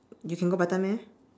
you can go batam meh